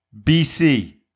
BC